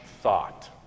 thought